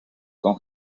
con